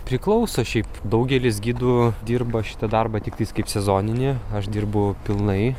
priklauso šiaip daugelis gidų dirba šitą darbą tiktai kaip sezoninį aš dirbu pilnai